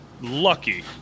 lucky